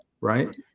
right